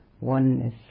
Oneness